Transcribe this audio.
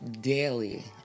daily